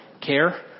care